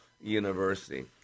University